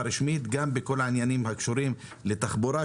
רשמית גם בכל העניינים הקשורים בתחבורה,